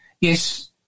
yes